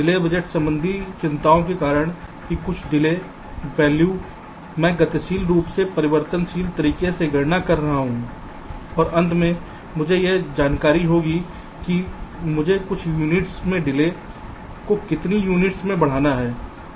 delay budget संबंधी चिंताओं के कारण कि कुछ डिले वैल्यू मैं गतिशील रूप से परिवर्तनशील तरीके से गणना कर रहा हूं और अंत में मुझे यह जानकारी होगी कि मुझे कुछ यूनिट्स में डिले को कितनी यूनिट्स में बढ़ाना है